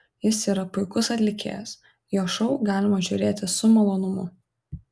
jis yra puikus atlikėjas jo šou galima žiūrėti su malonumu